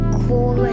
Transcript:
cool